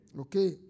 Okay